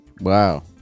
Wow